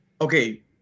Okay